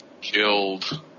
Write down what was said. killed